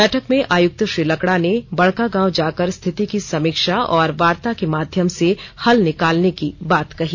बैठक में आयुक्त श्री लकड़ा ने बड़कागांव जाकर स्थिति की समीक्षा और वार्ता के माध्यम से हल निकालने की बात कही